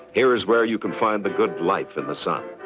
here is where you can find the good life in the sun.